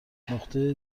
نقطه